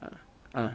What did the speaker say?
ah ah